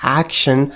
action